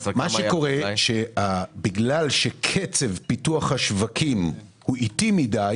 בגלל שקצב פיתוח השווקים אטי מדי